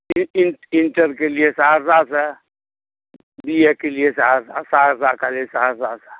inter कयलियै सहरसासँ B A कयलियै सहरसा कॉलेज सहरसासँ